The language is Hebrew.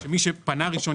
כך שמי שפנה ראשון,